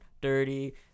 dirty